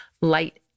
light